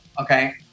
Okay